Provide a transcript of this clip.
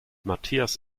matthias